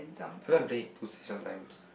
everyone playing it too safe sometimes